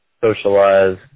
socialize